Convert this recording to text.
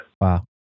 Wow